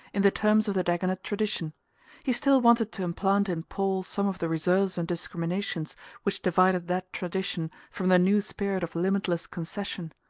in the terms of the dagonet tradition he still wanted to implant in paul some of the reserves and discriminations which divided that tradition from the new spirit of limitless concession.